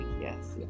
yes